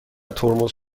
ترمز